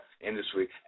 industry